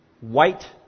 white